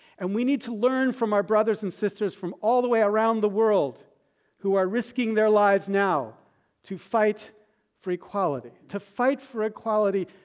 and we need to learn from our brothers and sisters from all the way around the world who are risking their lives now to fight for equality. to fight for equality,